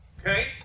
Okay